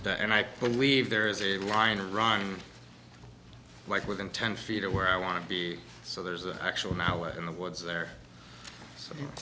to and i believe there is a line running like within ten feet of where i want to be so there's an actual now in the woods there so